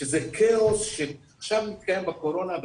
שזה כאוס שאפשר להתקיים בקורונה,